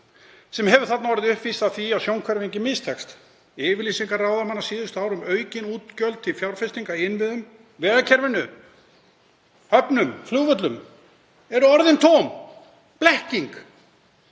sem hefur þarna orðið uppvís að því að sjónhverfingin mistókst. Yfirlýsingar ráðamanna á síðustu árum um aukin útgjöld til fjárfestinga í innviðum, vegakerfinu, höfnum, flugvöllum, eru orðin tóm, blekking.